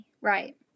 Right